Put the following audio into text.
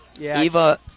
Eva